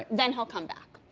then he'll come back.